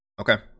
Okay